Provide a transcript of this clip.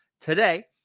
today